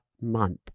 month